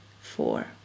four